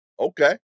Okay